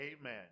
Amen